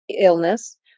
illness